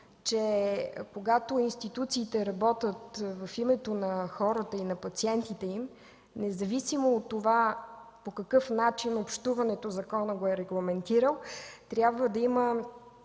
че когато институциите работят в името на хората, на пациентите, независимо от това по какъв начин законът го е регламентирал, трябва да имаме